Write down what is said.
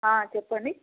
చెప్పండి